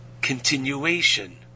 continuation